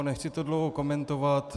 Nechci to dlouho komentovat.